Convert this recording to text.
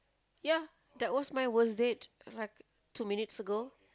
ya that was my worst date like two minutes ago